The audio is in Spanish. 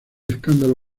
escándalo